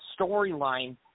storyline